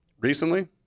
Recently